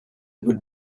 would